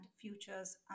futures